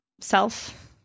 self